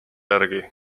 järgi